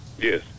Yes